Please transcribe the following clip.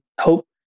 hope